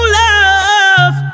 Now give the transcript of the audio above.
love